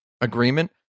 agreement